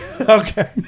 okay